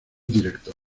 director